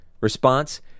response